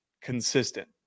consistent